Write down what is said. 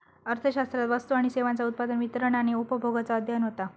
अर्थशास्त्रात वस्तू आणि सेवांचा उत्पादन, वितरण आणि उपभोगाचा अध्ययन होता